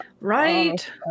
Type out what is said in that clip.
right